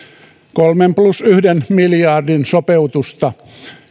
kolmen plus yhden miljardin sopeutusta